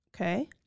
Okay